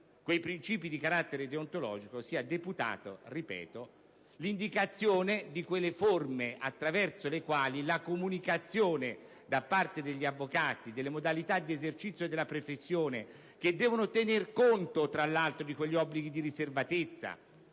quei principi di carattere deontologico i titolari del compito di indicazione di quelle forme attraverso le quali deve essere data la comunicazione da parte degli avvocati delle modalità di esercizio della professione, che devono tener conto, tra l'altro, di quegli obblighi di riservatezza